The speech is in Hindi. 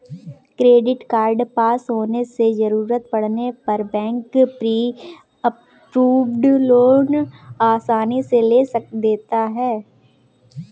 क्रेडिट कार्ड पास होने से जरूरत पड़ने पर बैंक प्री अप्रूव्ड लोन आसानी से दे देता है